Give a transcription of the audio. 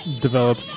develop